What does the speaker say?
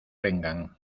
vengan